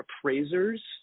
appraisers